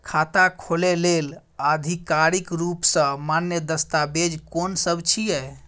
खाता खोले लेल आधिकारिक रूप स मान्य दस्तावेज कोन सब छिए?